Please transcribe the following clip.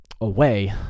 away